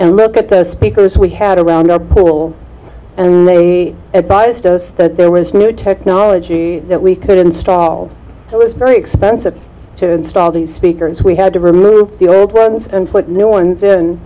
and look at the speakers we had around our pool and they advised us that there was no technology that we could install it was very expensive to install the speakers we had to remove the old ones and put new ones